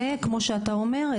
דיברנו --- וכמו שאתה אומר,